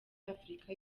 africa